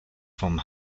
vom